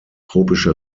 tropische